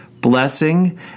blessing